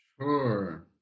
Sure